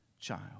child